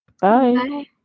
Bye